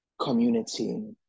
community